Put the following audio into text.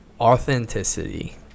authenticity